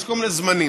יש כל מיני זמנים.